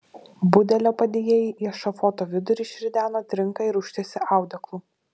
budelio padėjėjai į ešafoto vidurį išrideno trinką ir užtiesė audeklu